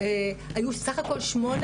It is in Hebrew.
היו סך הכול 8